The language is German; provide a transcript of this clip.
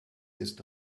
ist